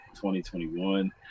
2021